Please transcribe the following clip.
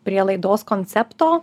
prie laidos koncepto